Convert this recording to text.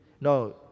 No